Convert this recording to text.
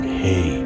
Hey